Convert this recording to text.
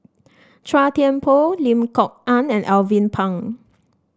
Chua Thian Poh Lim Kok Ann and Alvin Pang